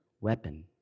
weapon